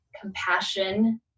compassion